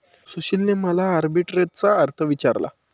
सुशीलने मला आर्बिट्रेजचा अर्थ विचारला